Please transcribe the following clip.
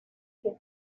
que